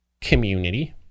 community